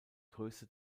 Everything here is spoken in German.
größte